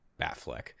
Batfleck